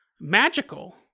magical